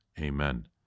Amen